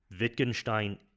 Wittgenstein